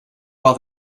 while